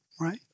right